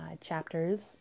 chapters